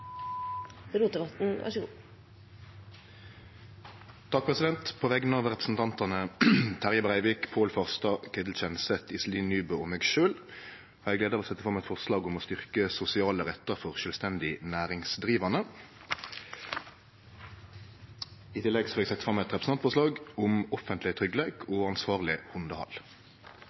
På vegner av representantane Terje Breivik, Pål Farstad, Ketil Kjenseth, Iselin Nybø og meg sjølv har eg gleda av å setje fram eit forslag om å styrkje sosiale rettar for sjølvstendig næringsdrivande. I tillegg vil eg setje fram eit representantforslag om offentleg tryggleik og ansvarleg hundehald.